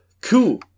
Cool